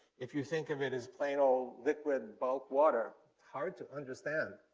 if you think of it as plain old, liquid, bulk water hard to understand.